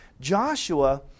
Joshua